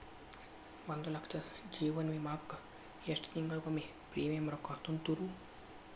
ಒಂದ್ ಲಕ್ಷದ ಜೇವನ ವಿಮಾಕ್ಕ ಎಷ್ಟ ತಿಂಗಳಿಗೊಮ್ಮೆ ಪ್ರೇಮಿಯಂ ರೊಕ್ಕಾ ತುಂತುರು?